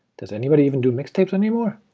does anybody even do mixtapes anymore?